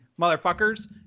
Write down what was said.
motherfuckers